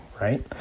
right